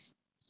ya